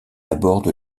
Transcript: aborde